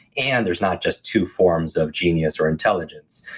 and there's not just two forms of genius or intelligence.